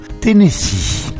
Tennessee